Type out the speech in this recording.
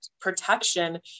protection